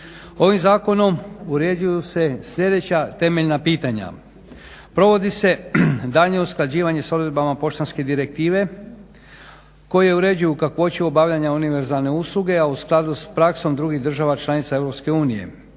Ovim Zakonom uređuju se sljedeća temeljna pitanja. Provodi se daljnje usklađivanje sa odredbama poštanske direktive koje uređuju kakvoću obavljanja univerzalne usluge a u skladu sa praksom drugih država članica